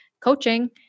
coaching